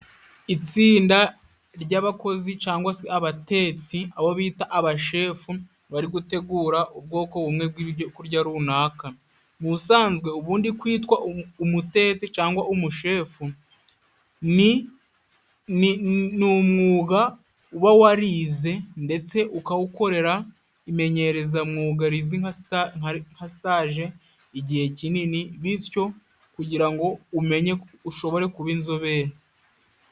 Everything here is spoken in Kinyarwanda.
Itsinda ry'abakozi cyangwa se abatetsi, abo bita abashefu, bari gutegura ubwoko bumwe bw'ibyokurya runaka. Mu busanzwe ubundi kwitwa umutetsi cyangwa umushefu, ni umwuga uba warize, ndetse ukawukorera imenyerezamwuga rizwi nka sta nka sitaje igihe kinini, bityo kugira ngo uwumenye, ushobore kuba inzobere.